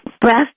breath